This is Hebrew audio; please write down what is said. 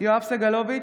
יואב סגלוביץ'